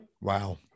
Wow